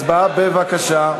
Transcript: הצבעה, בבקשה.